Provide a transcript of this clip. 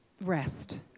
rest